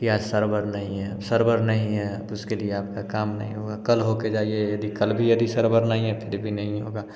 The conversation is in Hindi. कि आज सर्वर नहीं है सर्वर नहीं है उसके लिए आपका काम नहीं हुआ कल होकर जाइए यदि कल भी यदि सर्वर नहीं है फ़िर भी नहीं होगा